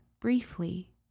briefly